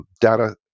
data